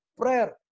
prayer